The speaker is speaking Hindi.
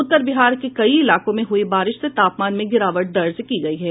उत्तर बिहार के कई इलाकों में हुई बारिश से तापमान में गिरावट दर्ज की गयी है